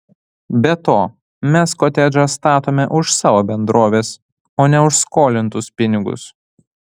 be to mes kotedžą statome už savo bendrovės o ne už skolintus pinigus